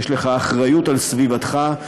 יש לך אחריות לסביבתך,